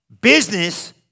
business